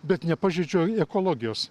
bet nepažeidžiu ekologijos